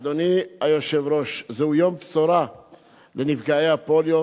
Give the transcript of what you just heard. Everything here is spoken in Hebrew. אדוני היושב-ראש, זהו יום בשורה לנפגעי הפוליו,